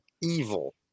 evil